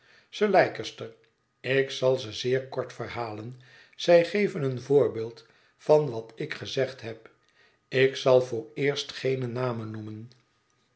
sir leicester ik zal ze zeer kort verhalen zij geven een voorbeeld van wat ik gezegd heb ik zal vooreerst geene namen noemen